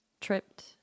Tripped